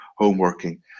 homeworking